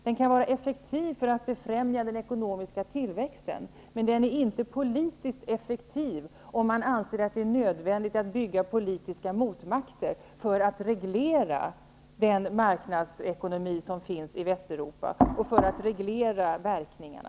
Den kan vara effektiv för att befrämja den ekonomiska tillväxten, men den är inte politiskt effektiv om man anser att det är nödvändigt att bygga politiska motmakter för att reglera den marknadsekonomi som finns i Västeuropa och för att reglera verkningarna.